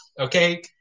Okay